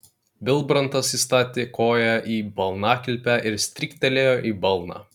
vilbrantas įstatė koją į balnakilpę ir stryktelėjo į balną